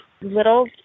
little